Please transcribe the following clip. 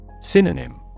Synonym